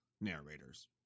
narrators